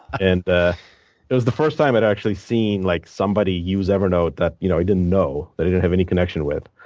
and it was the first time i'd actually seen like somebody use evernote that you know i didn't know that i didn't have any connection with.